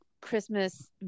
christmas